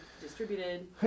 distributed